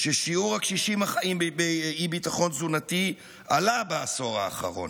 ששיעור הקשישים החיים באי-ביטחון תזונתי עלה בעשור האחרון.